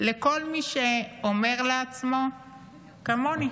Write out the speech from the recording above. לכל מי שאומר לעצמו כמוני